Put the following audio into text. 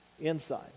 Inside